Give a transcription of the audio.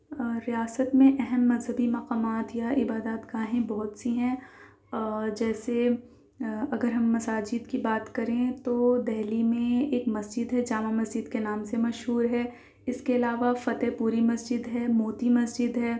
ریاست میں اہم مذہبی مقامات یا عبادت گاہیں بہت سی ہیں جیسے اگر ہم مساجد کی بات کریں تو دہلی میں ایک مسجد ہے جامع مسجد کے نام سے مشہور ہے اس کے علاوہ فتح پوری مسجد ہے موتی مسجد ہے